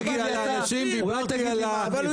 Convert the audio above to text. אבל הוא